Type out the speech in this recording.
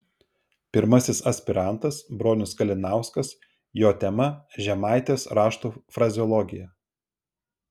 pirmasis aspirantas bronius kalinauskas jo tema žemaitės raštų frazeologija